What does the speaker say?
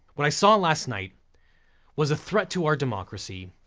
what i saw last night was a threat to our democracy,